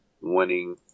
winning